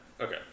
Okay